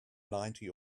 ninety